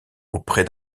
auprès